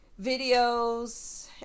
videos